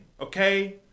okay